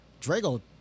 Drago